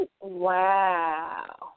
Wow